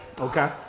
Okay